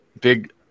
big